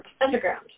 underground